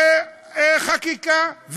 וחקיקה.